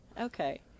Okay